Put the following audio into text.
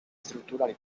strutturali